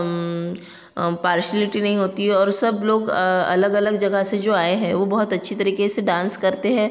partiality नहीं होती और सब लोग अलग अलग जगह से जो आए हैं वह बहुत अच्छे तरीके से डांस करते हैं